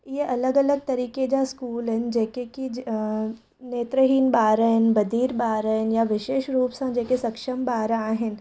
ईअं अलॻि अलॻि तरीक़े जा स्कूल आहिनि जेके की नेत्रहीन ॿार आहिनि बधिर ॿार आहिनि या विशेष रूप सां जेके सक्षम ॿार आहिनि